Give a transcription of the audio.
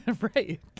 right